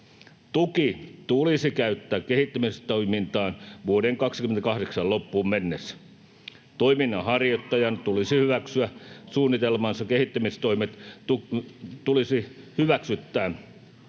Tuki tulisi käyttää kehittämistoimintaan vuoden 28 loppuun mennessä. Toiminnanharjoittajan tulisi hyväksyttää suunnitelmansa kehittämistoimet tukiviranomaisella